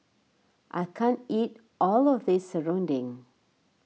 I can't eat all of this Serunding